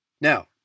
Now